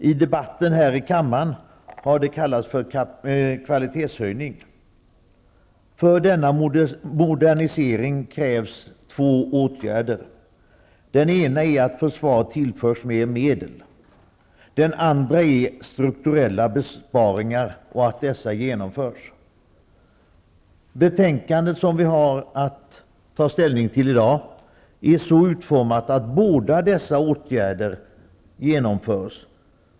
I debatten här i kammaren har detta kallats för kvalitetshöjning. För denna modernisering krävs två åtgärder. Den ena är att försvaret tillförs mer medel. Den andra är att strukturella besparingar görs. Betänkandet som vi har att ta ställning till i dag är så utformat att båda dessa åtgärder genomförs.